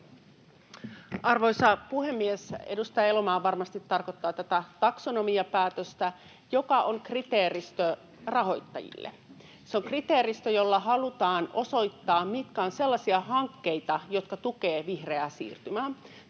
Arvoisa puhemies! Edustaja Elomaa varmasti tarkoittaa tätä taksonomiapäätöstä, joka on kriteeristö rahoittajille. Se on kriteeristö, jolla halutaan osoittaa, mitkä ovat sellaisia hankkeita, jotka tukevat vihreää siirtymää.